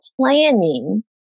planning